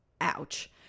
ouch